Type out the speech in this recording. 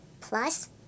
Plus